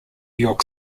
york